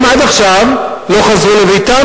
הם עד עכשיו לא חזרו לביתם.